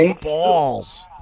balls